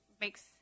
makes